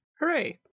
Hooray